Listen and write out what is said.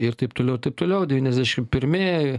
ir taip toliau ir taip toliau devyniasdešimt pirmi